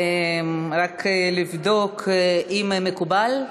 רק לבדוק אם מקובל,